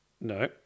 No